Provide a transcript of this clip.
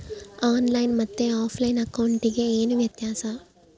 On line ಮತ್ತೆ offline ಅಕೌಂಟಿಗೆ ಏನು ವ್ಯತ್ಯಾಸ?